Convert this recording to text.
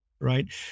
right